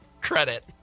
credit